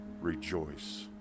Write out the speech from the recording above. rejoice